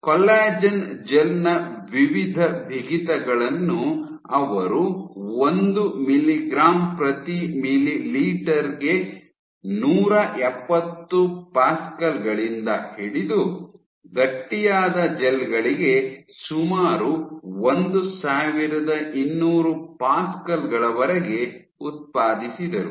collagen gel ನ ವಿವಿಧ ಬಿಗಿತಗಳನ್ನು ಅವರು ಒಂದು ಮಿಗ್ರಾಂ ಪ್ರತಿ ಮಿಲಿ ಗೆ ನೂರ ಎಪ್ಪತ್ತು ಪ್ಯಾಸ್ಕಲ್ ಗಳಿಂದ ಹಿಡಿದು ಗಟ್ಟಿಯಾದ ಜೆಲ್ಗಳಿಗೆ ಸುಮಾರು ಒಂದು ಸಾವಿರದ ಇನ್ನೂರು ಪ್ಯಾಸ್ಕಲ್ ಗಳವರೆಗೆ ಉತ್ಪಾದಿಸಿದರು